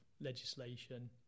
legislation